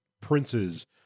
princes